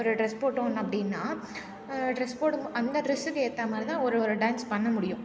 ஒரு ட்ரெஸ் போட்டோன்னா அப்படின்னா ட்ரெஸ் போடும் அந்த ட்ரெஸ்ஸுக்கு ஏற்ற மாதிரி தான் ஒரு ஒரு டான்ஸ் பண்ண முடியும்